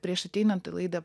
prieš ateinant į laidą